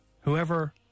whoever